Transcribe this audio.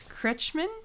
Kretschmann